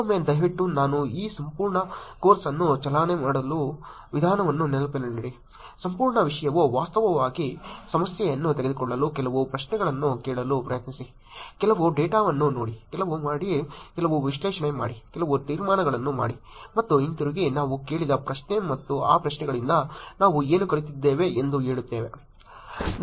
ಮತ್ತೊಮ್ಮೆ ದಯವಿಟ್ಟು ನಾನು ಈ ಸಂಪೂರ್ಣ ಕೋರ್ಸ್ ಅನ್ನು ಚಾಲನೆ ಮಾಡುತ್ತಿರುವ ವಿಧಾನವನ್ನು ನೆನಪಿನಲ್ಲಿಡಿ ಸಂಪೂರ್ಣ ವಿಷಯವು ವಾಸ್ತವವಾಗಿ ಸಮಸ್ಯೆಯನ್ನು ತೆಗೆದುಕೊಳ್ಳಲು ಕೆಲವು ಪ್ರಶ್ನೆಗಳನ್ನು ಕೇಳಲು ಪ್ರಯತ್ನಿಸಿ ಕೆಲವು ಡೇಟಾವನ್ನು ನೋಡಿ ಕೆಲವು ಮಾಡಿ ಕೆಲವು ವಿಶ್ಲೇಷಣೆ ಮಾಡಿ ಕೆಲವು ತೀರ್ಮಾನಗಳನ್ನು ಮಾಡಿ ಮತ್ತು ಹಿಂತಿರುಗಿ ನಾವು ಕೇಳಿದ ಪ್ರಶ್ನೆ ಮತ್ತು ಆ ಪ್ರಶ್ನೆಗಳಿಂದ ನಾವು ಏನು ಕಲಿತಿದ್ದೇವೆ ಎಂದು ಹೇಳುತ್ತೇವೆ